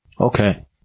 Okay